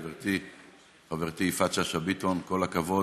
גברתי חברתי יפעת שאשא ביטון, כל הכבוד.